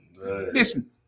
listen